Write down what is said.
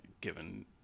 given